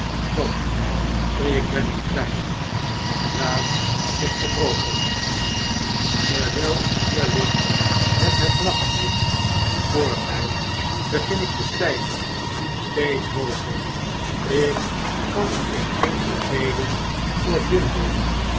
dat ik ben het kwyt dedraad is verbroken terwjjl ik hier lig met het nachtlicht voor mij begin ik te stygen steeds hooger ik kan er geen enkele reden voor vinden